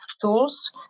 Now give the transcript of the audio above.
Tools